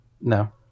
No